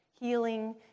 Healing